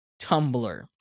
tumblr